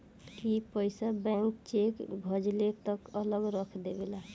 ई पइसा bank cheque भजले तक अलग रख लेवेला